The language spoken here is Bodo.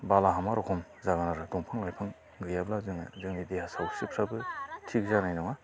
बाला हामा रखम जागोन आरो दंफां लाइफां गैयाब्ला जोङो जोंनि देहा सावस्रिफ्राबो थिग जानाय नङा